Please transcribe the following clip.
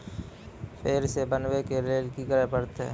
फेर सॅ बनबै के लेल की करे परतै?